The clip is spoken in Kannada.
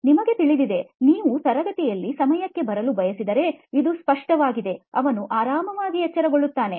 ನಿಮಗೆ ತಿಳಿದಿದೆ ನೀವು ತರಗತಿಯಲ್ಲಿ ಸಮಯಕ್ಕೆ ಬರಲು ಬಯಸಿದರೆ ಇದು ಸ್ಪಷ್ಟವಾಗಿದೆ ಅವನು ಆರಾಮವಾಗಿ ಎಚ್ಚರಗೊಳ್ಳುತ್ತಾನೆ